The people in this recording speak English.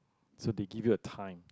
so they give you a time